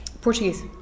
Portuguese